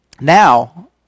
Now